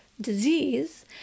disease